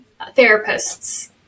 therapists